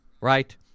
Right